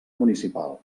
municipal